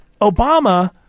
Obama